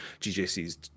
GJC's